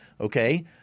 Okay